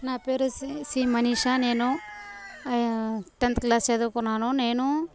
నా పేరు C C Manisha నేను టెన్త్ క్లాస్ చదువుకున్నాను నేనూ